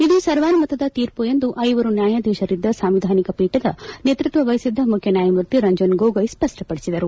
ಇದು ಸರ್ವಾನುಮತದ ತೀರ್ಮ ಎಂದು ಐವರು ನ್ಯಾಯಾಧೀಶರಿದ್ದ ಸಾಂವಿಧಾನಿಕ ಪೀಠದ ನೇತೃತ್ವ ವಹಿಸಿದ್ದ ಮುಖ್ಯನ್ಯಾಯಮೂರ್ತಿ ರಂಜನ್ ಗೋಗೊಯ್ ಸ್ವಪ್ಪಡಿಸಿದರು